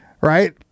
right